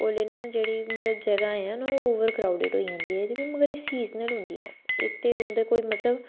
ओल्लै नां जेह्ड़ी मतलब जगह हैन ओह् ओवर क्रउडड होई जंदी ऐ एह्दे पर मगर एह् सीजनल होंदियां इक ते उं'दा कोई मतलब